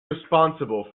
responsible